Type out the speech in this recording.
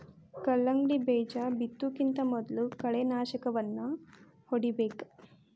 ಕಲ್ಲಂಗಡಿ ಬೇಜಾ ಬಿತ್ತುಕಿಂತ ಮೊದಲು ಕಳೆನಾಶಕವನ್ನಾ ಹೊಡಿಬೇಕ